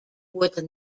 would